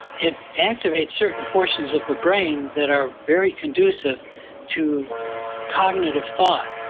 it activates certain portions of the brain that are very conducive to cognitive thought.